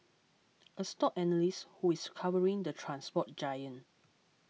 a stock analyst who is covering the transport giant